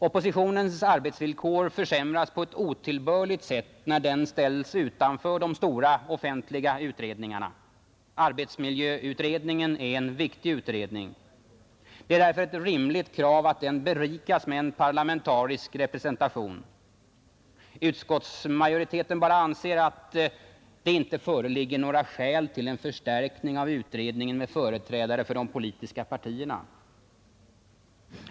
Oppositionens arbetsvillkor försämras på ett otillbörligt sätt när den ställs utanför de stora offentliga utredningarna, Arbetsmiljöutredningen är en viktig utredning. Det är därför ett rimligt krav att den berikas med en parlamentarisk representation. Utskottsmajoriteten anser att det inte föreligger några skäl för en förstärkning av utredningen med företrädare för de politiska partierna.